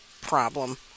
problem